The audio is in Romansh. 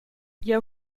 jeu